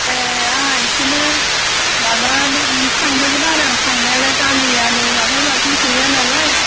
ए आंहा बेखौनो माबानो थांदोंमोन आरो थांनायालाय दालि आलु माबा माबि गैयानालाय